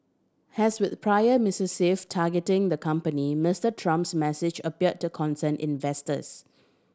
has with prior missive targeting the company Mister Trump's message appeared to concern investors